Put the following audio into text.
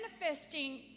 manifesting